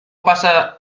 pasa